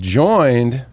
joined